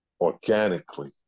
organically